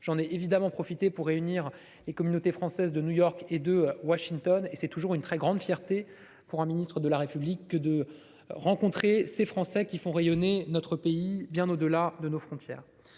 entre nos deux pays, j'ai réuni les communautés françaises de New York et de Washington : c'est toujours une très grande fierté pour un ministre de la République que de rencontrer ces Français qui font rayonner notre pays bien au-delà de nos frontières.